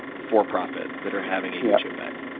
for-profit, that are having a huge impact?